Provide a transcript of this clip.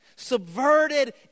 Subverted